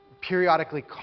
periodically